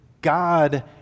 God